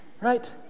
right